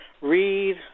read